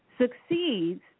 succeeds